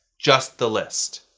just the list.